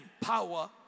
power